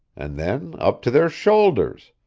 and then up to their shoulders,